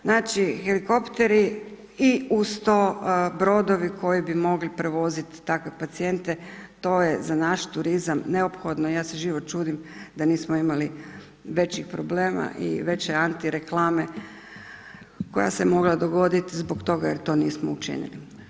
Znači helikopteri i uz to brodovi koji bi mogli prevozit takve pacijente to je za naš turizam neophodno, ja se živo čudim da nismo imali većih problema i veće anti reklame koja se mogla dogoditi zbog toga jer to nismo učinili.